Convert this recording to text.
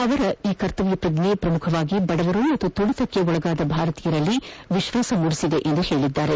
ಅವರ ಈ ಕರ್ತವ್ಯ ಪ್ರಜ್ಞೆ ಪ್ರಮುಖವಾಗಿ ಬಡವರು ಹಾಗೂ ತುಳಿತಕ್ಕೊಳಗಾದ ಭಾರತೀಯರಲ್ಲಿ ವಿಶ್ವಾಸ ಮೂಡಿಸಿದೆ ಎಂದು ಹೇಳಿದ್ದಾರೆ